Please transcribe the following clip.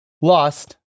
lost